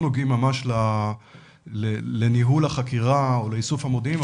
נוגעים ממש לניהול החקירה או לאיסוף המודיעין,